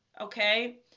Okay